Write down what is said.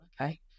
Okay